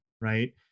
right